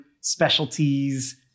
specialties